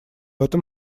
этом